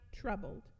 troubled